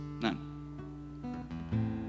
none